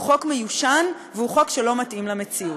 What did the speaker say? הוא חוק מיושן והוא חוק שלא מתאים למציאות.